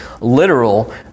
literal